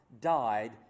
died